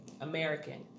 American